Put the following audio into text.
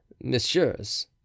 Messieurs